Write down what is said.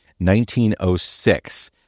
1906